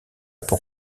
pour